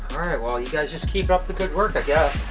right, well you guys just keep up the good work i yeah